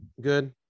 good